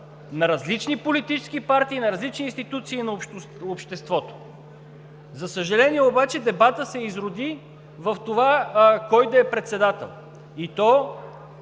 на различни политически партии, на различни институции на обществото. За съжаление обаче, дебатът се изроди в това кой да е председател, и то